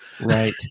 right